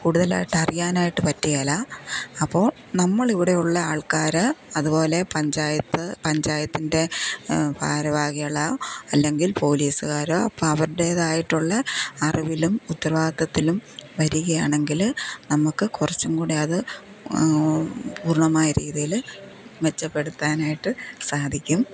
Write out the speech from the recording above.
കൂടുതലായിട്ട് അറിയാനായിട്ട് പറ്റുകയില്ല അപ്പോൾ നമ്മൾ ഇവിടെയുള്ള ആൾക്കാര് അതുപോലെ പഞ്ചായത്ത് പഞ്ചായത്തിൻ്റെ ഭാരവാഹികള് അല്ലെങ്കിൽ പോലീസുകാര് അപ്പവരുടേതായിട്ടുള്ള അറിവിലും ഉത്തരവാദിത്വത്തിലും വരികയാണെങ്കില് നമുക്ക് കുറച്ചും കൂടെ അത് പൂർണ്ണമായ രീതിയില് മെച്ചപ്പെടുത്താനായിട്ട് സാധിക്കും